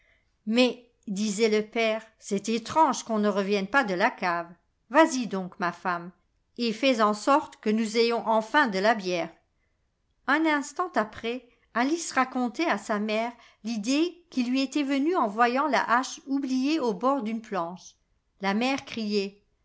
mais disait le père c'est étrange qu'on ne revienne pas de la cave vas-y donc ma femme et fais en sorte que nous ayons enfin de la bière un instant après alice racontait à sa mère l'idée qui lui était venue en voyant la hache oubliée au bord d'une planche la mère criait